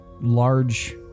large